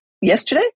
yesterday